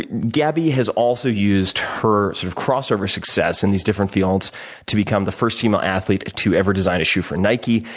gabby has also used her sort of crossover success in these different fields to become the first female athlete to ever design a shoe for nike,